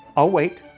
i'll wait,